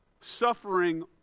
suffering